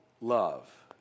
love